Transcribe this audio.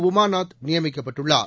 உமாநாத் நியமிக்கப்பட்டுள்ளார்